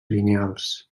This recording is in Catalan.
lineals